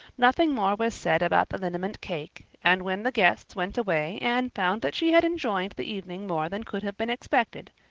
nothing more was said about the liniment cake, and when the guests went away anne found that she had enjoyed the evening more than could have been expected,